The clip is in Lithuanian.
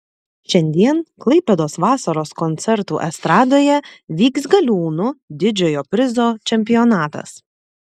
šiandien klaipėdos vasaros koncertų estradoje vyks galiūnų didžiojo prizo čempionatas